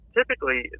Typically